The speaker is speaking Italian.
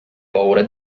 paura